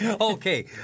Okay